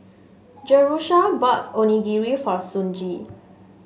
Jerusha bought Onigiri for Sonji